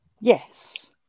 Yes